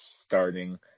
starting